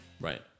Right